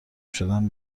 شدن